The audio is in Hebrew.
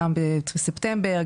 גם בספטמבר,